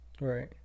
Right